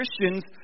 Christians